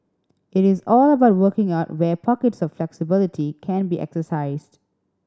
it is all about working out where pockets of flexibility can be exercised